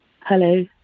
Hello